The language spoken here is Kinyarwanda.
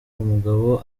umugabo